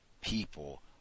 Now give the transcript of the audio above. people